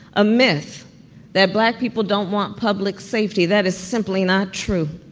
a myth that black people don't want public safety. that is simply not true.